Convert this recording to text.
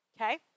okay